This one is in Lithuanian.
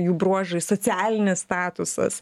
jų bruožai socialinis statusas